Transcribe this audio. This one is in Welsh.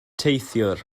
teithiwr